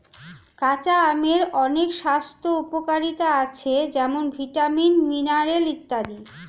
কাঁচা আমের অনেক স্বাস্থ্য উপকারিতা আছে যেমন ভিটামিন, মিনারেল ইত্যাদি